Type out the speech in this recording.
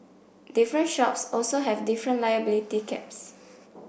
different shops also have different liability caps